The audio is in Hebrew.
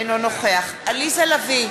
אינו נוכח עליזה לביא,